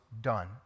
done